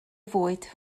fwyd